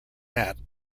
that